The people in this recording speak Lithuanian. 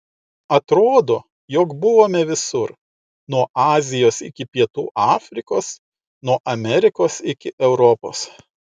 atrodo jog buvome visur nuo azijos iki pietų afrikos nuo amerikos iki europos